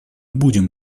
будем